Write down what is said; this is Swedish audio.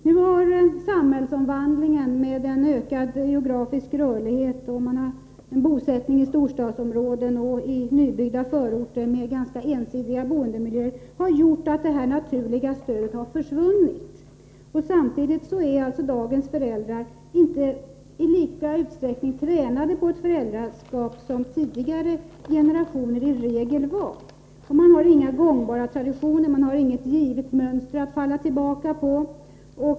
Nu har samhällsomvandlingen med en ökad geografisk rörlighet och med en bosättning i storstadsömråden och i nybyggda förorter med ganska ensidiga boendemiljöer lett till att detta naturliga stöd har försvunnit. Samtidigt är dagens föräldrar inte tränade inför föräldraskapet i samma utsträckning som tidigare generationer i regel var. Man har inga gångbara traditioner, och man har inget givet mönster att falla tillbaka på.